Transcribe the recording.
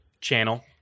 channel